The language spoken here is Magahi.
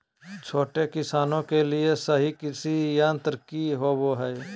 छोटे किसानों के लिए सही कृषि यंत्र कि होवय हैय?